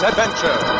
Adventure